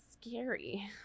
Scary